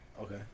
Okay